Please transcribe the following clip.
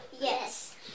Yes